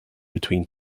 between